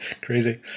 crazy